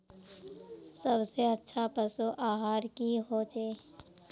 सबसे अच्छा पशु आहार की होचए?